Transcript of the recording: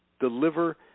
deliver